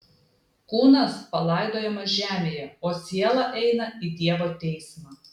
kūnas palaidojamas žemėje o siela eina į dievo teismą